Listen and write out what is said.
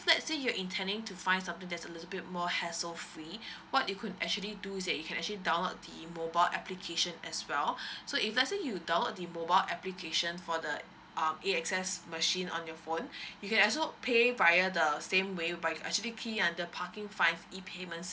let's say you intending to find something that's a little bit more hassle free what you could actually do is that you can actually download the mobile application as well so if let's say you download the mobile application for the um A_X_S machine on your phone you can also pay via the same way right actually key in under the parking fines E payments